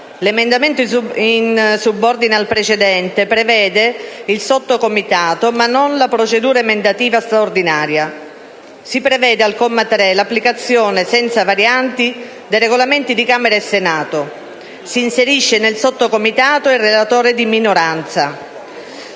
L'emendamento, in subordine al precedente, prevede il sottocomitato, ma non la procedura emendativa straordinaria. Al comma 3 si prevede l'applicazione senza varianti dei Regolamenti di Camera e Senato e s'inserisce nel sottocomitato il relatore di minoranza.